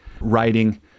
writing